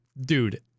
dude